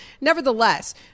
Nevertheless